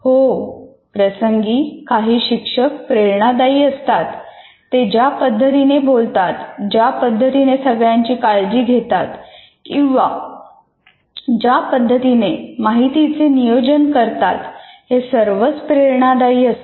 हो प्रसंगी काही शिक्षक प्रेरणादायी असतात ते ज्या पद्धतीने बोलतात ज्या पद्धतीने सगळ्यांची काळजी घेतात किंवा ज्या पद्धतीने माहितीचे नियोजन करतात हे सर्वच प्रेरणादायी असते